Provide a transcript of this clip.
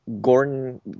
Gordon